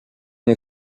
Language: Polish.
nie